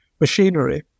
machinery